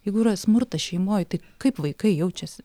jeigu yra smurtas šeimoj tai kaip vaikai jaučiasi